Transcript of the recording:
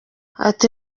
ati